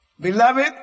Beloved